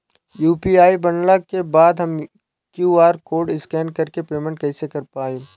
UPI बनला के बाद हम क्यू.आर कोड स्कैन कर के पेमेंट कइसे कर पाएम?